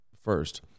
first